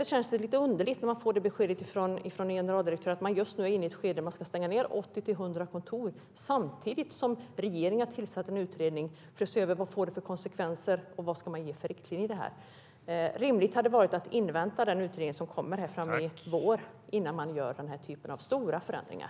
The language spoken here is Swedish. Då känns det lite underligt när man får beskedet från generaldirektören att Arbetsförmedlingen just nu är inne i ett skede där man ska stänga ned 80-100 kontor samtidigt som regeringen har tillsatt en utredning som ska se över vad en nedläggning av statlig verksamhet får för konsekvenser och vad man ska ha för riktlinjer. Det hade varit rimligt att invänta den utredningen, som kommer till våren, innan man genomför den här typen av stora förändringar.